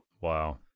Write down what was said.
Wow